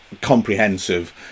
...comprehensive